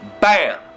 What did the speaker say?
Bam